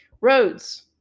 Roads